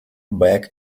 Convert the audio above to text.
back